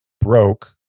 broke